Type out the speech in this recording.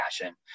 passion